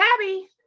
tabby